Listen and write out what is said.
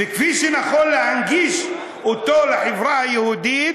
וכפי שנכון להנגיש אותו לחברה היהודית,